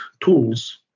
tools